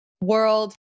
world